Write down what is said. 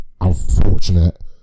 unfortunate